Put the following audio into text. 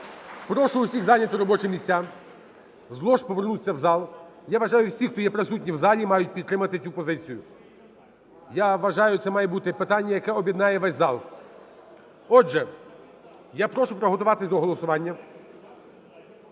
прошу всіх зайняти робочі місця, з лоджій повернутися в зал. Я вважаю всі, хто є присутні в залі, мають підтримати цю позицію. Я вважаю, це має бути питання, яке об'єднає весь зал. Отже, я прошу приготуватися до голосування,